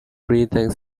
breeding